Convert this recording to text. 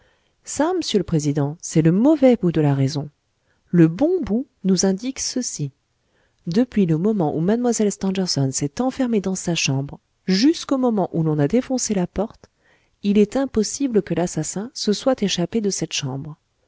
ça m'sieur le président c'est le mauvais bout de la raison le bon bout nous indique ceci depuis le moment où mlle stangerson s'est enfermée dans sa chambre jusqu'au moment où l'on a défoncé la porte il est impossible que l'assassin se soit échappé de cette chambre